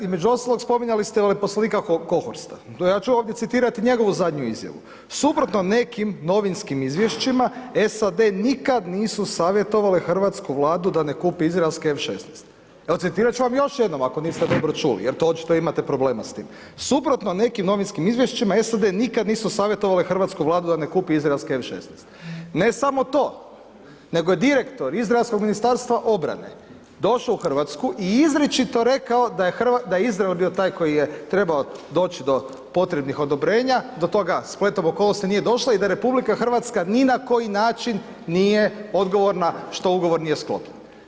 Između ostalog spominjali ste veleposlanika Kohorsta, ja ću ovdje citirati njegovu zadnju izjavu: „Suprotno nekim novinskim izvješćima SAD nikad nisu savjetovale hrvatsku Vladu da ne kupi izraelske F16.“ Evo, citirat ću vam još jednom ako niste dobro čuli, jer to očito imate problema s tim: „Suprotno nekim novinskim izvješćima SAD nikad nisu savjetovale hrvatsku Vladu da ne kupi izraelske F16.“ Ne samo to, nego je direktor Izraelskog Ministarstva obrane došo u Hrvatsku i izričito rekao da je Izrael bio taj koji je trebao doći do potrebnih odobrenja, do toga spletom okolnosti nije došlo i da RH ni na koji način nije odgovorna što ugovor nije sklopljen.